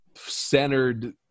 centered